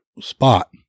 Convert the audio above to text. spot